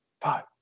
five